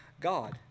God